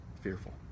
fearful